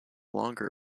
longer